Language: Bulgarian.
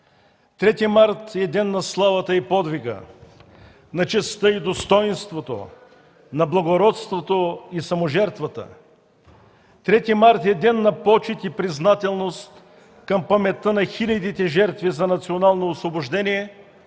март е ден на славата и подвига, на честта и достойнството, на благородството и саможертвата. Трети март е ден на почит и признателност към паметта на хилядите жертви за национално освобождение